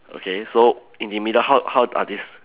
okay so in the middle how how are this